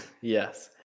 yes